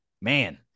man